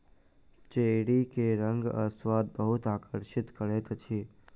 cherry के रंग आ स्वाद बहुत आकर्षित करैत अछि